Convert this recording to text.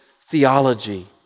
theology